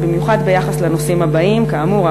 ובמיוחד ביחס לנושאים הבאים: כאמור,